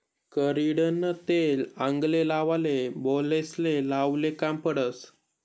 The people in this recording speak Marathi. करडईनं तेल आंगले लावाले, बालेस्ले लावाले काम पडस